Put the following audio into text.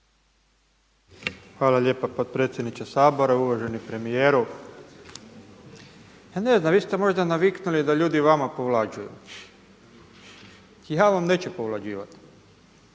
Hvala lijepa potpredsjedniče Sabora, uvaženi premijeru. Ja ne znam, vi ste možda naviknuli da ljudi vama povlađuju. Ja vam neću povlađivat.